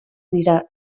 dira